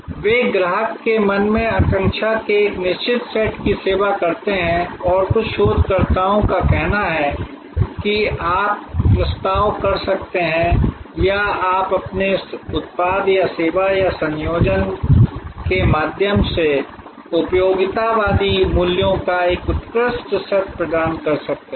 वे ग्राहक के मन में आकांक्षा के एक निश्चित सेट की सेवा करते हैं और कुछ शोधकर्ताओं का कहना है कि आप प्रस्ताव कर सकते हैं या आप अपने उत्पाद या सेवा या संयोजन के माध्यम से उपयोगितावादी मूल्यों का एक उत्कृष्ट सेट प्रदान कर सकते हैं